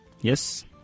yes